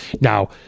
Now